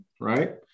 right